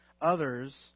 others